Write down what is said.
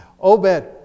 Obed